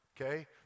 Okay